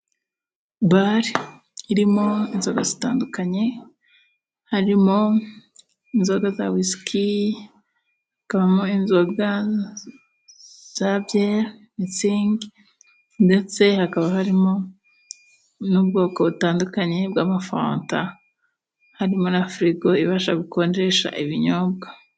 Bari irimo inzoga zitandukanye, harimo inzoga za wisiki ikabamo inzoga za byeri ndetse hakaba harimo n'ubwoko butandukanye bw'amafanta. Harimo na firigo ibasha gukonjesha ibinyobwa.